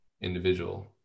individual